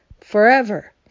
forever